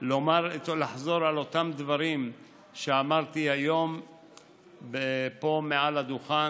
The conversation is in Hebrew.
לחזור על אותם דברים שאמרתי היום פה מעל לדוכן: